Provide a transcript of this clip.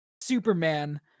Superman